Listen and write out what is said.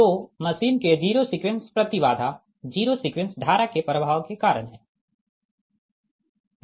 तो मशीन के zero sequence प्रति बाधा जीरो सीक्वेंस धारा के प्रवाह के कारण है